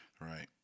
Right